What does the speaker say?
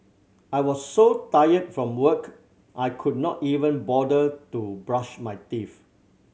I was so tired from work I could not even bother to brush my teeth